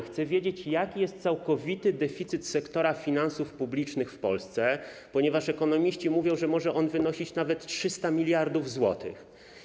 Chcę wiedzieć, jaki jest całkowity deficyt sektora finansów publicznych w Polsce, ponieważ ekonomiści mówią, że może on wynosić nawet 300 mld zł.